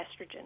estrogen